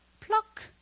pluck